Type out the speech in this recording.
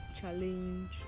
challenge